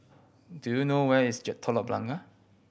do you know where is Telok Blangah